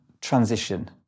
transition